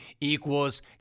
equals